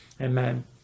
Amen